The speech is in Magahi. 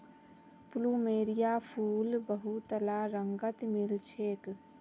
प्लुमेरिया फूल बहुतला रंगत मिल छेक